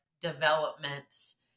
developments